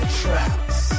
traps